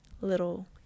little